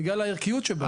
בגלל הערכיות שלהם.